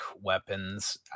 weapons